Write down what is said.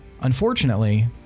Unfortunately